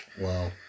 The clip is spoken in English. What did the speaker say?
Wow